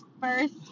first